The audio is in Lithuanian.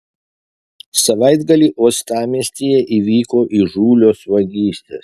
savaitgalį uostamiestyje įvyko įžūlios vagystės